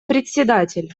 председатель